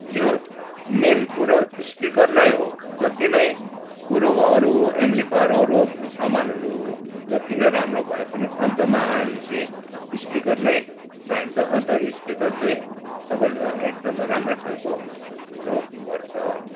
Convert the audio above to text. यो मेन कुरो स्पिकर नै हो जतिनै कुरो अरू एम्प्लिफायर अरू सामानहरू जतिनै राम्रो भए पनि अन्तमा आएपछि स्पिकर नै चाहिन्छ अन्त स्पिकर चाहिँ सबैभन्दा एकदम राम्रो खालको हुन पर्छ